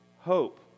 hope